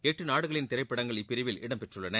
எட்டு நாடுகளின் திரைப்படங்கள் இப்பிரிவில் இடம்பெற்றுள்ளன